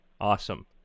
Awesome